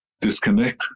disconnect